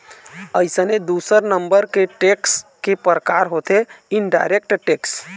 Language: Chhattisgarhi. अइसने दूसर नंबर के टेक्स के परकार होथे इनडायरेक्ट टेक्स